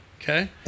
okay